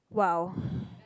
!wow!